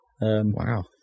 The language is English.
Wow